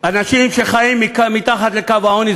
אנשים שחיים מתחת לקו העוני,